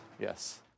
Yes